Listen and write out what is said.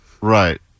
Right